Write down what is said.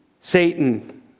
Satan